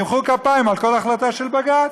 וימחאו כפיים על כל החלטה של בג"ץ,